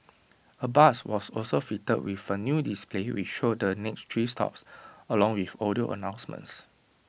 A bus was also fitted with A new display which showed the next three stops along with audio announcements